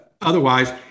otherwise